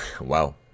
Wow